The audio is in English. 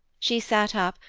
she sat up,